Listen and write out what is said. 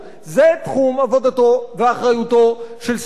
זה תחום עבודתו ואחריותו של שר הבינוי